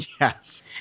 yes